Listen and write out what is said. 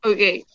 Okay